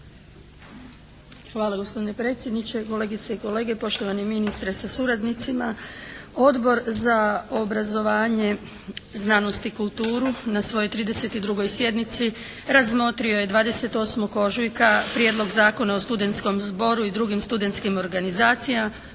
Hvala gospodine predsjedniče, kolegice i kolege, poštovani ministre sa suradnicima. Odbor za obrazovanje, znanost i kulturu na svojoj 32. sjednici razmotrio je 28. ožujka Prijedlog zakona o studentskom zboru i drugim studentskim organizacijama